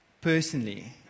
personally